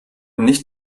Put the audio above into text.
nicht